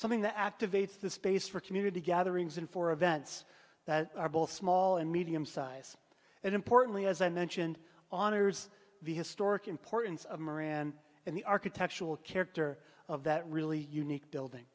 something the activates the space for community gatherings and for events that are both small and medium size and importantly as i mentioned honors the historic importance of moran and the architectural character of that really unique building